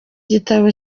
gitabo